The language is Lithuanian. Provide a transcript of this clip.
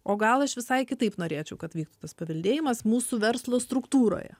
o gal aš visai kitaip norėčiau kad vyktų tas paveldėjimas mūsų verslo struktūroje